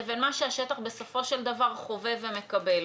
לבין מה שהשטח בסופו של דבר חווה ומקבל.